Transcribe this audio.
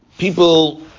People